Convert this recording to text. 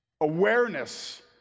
awareness